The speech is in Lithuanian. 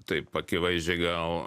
taip akivaizdžiai gal